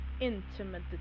intimate